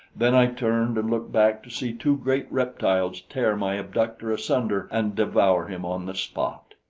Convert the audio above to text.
then i turned and looked back to see two great reptiles tear my abductor asunder and devour him on the spot.